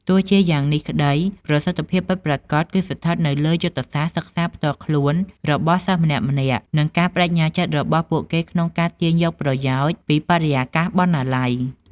ទោះជាយ៉ាងនេះក្ដី ប្រសិទ្ធភាពពិតប្រាកដគឺស្ថិតនៅលើយុទ្ធសាស្ត្រសិក្សាផ្ទាល់ខ្លួនរបស់សិស្សម្នាក់ៗនិងការប្ដេជ្ញាចិត្ត របស់ពួកគេក្នុងការទាញយកប្រយោជន៍ពីបរិយាកាសបណ្ណាល័យ។